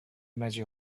magic